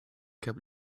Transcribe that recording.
kept